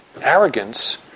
arrogance